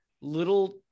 little